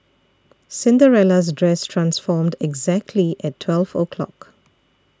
Cinderella's dress transformed exactly at twelve o' clock